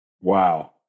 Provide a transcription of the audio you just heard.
Wow